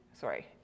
sorry